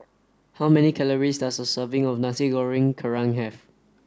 how many calories does a serving of Nasi Goreng Kerang have